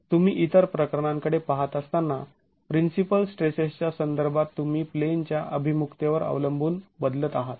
तुम्ही इतर प्रकरणांकडे पाहत असताना प्रिन्सिपल स्ट्रेसेसच्या संदर्भात तुम्ही प्लेनच्या अभिमुखतेवर अवलंबून बदलत आहात